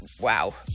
Wow